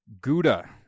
gouda